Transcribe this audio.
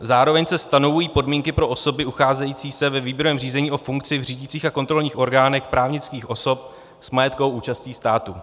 Zároveň se stanovují podmínky pro osoby ucházející se výběrovém řízení o funkci v řídících a kontrolních orgánech právnických osob s majetkovou účastí státu.